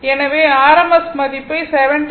எனவே rms மதிப்பை 70